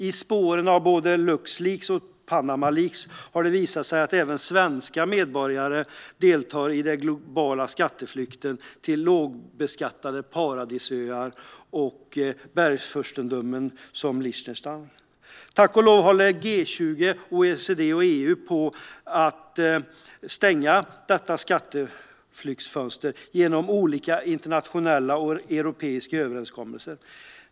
I spåren av både Luxleaks och Panamaleaks har det visat sig att även svenska medborgare deltar i den globala skatteflykten till lågbeskattade paradisöar och bergsfurstendömen som Liechtenstein. Tack och lov håller G20, OECD och EU på att stänga detta skatteflyktsfönster genom olika internationella och europeiska överenskommelser.